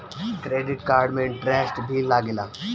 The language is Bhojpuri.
क्रेडिट कार्ड पे इंटरेस्ट भी लागेला?